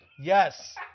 Yes